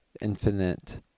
infinite